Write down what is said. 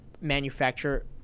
manufacture